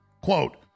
Quote